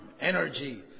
energy